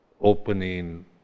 opening